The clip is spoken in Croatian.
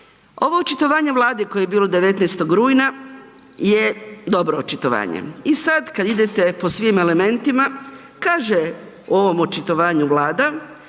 Ovo očitovanje Vlade koje je bilo 19. rujna, je dobro očitovanje i sad kad idete po svim elementima, kaže u ovom očitovanju Vlada,